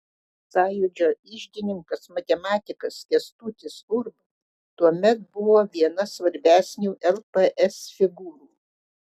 sąjūdžio iždininkas matematikas kęstutis urba tuomet buvo viena svarbesnių lps figūrų